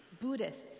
Buddhists